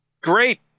great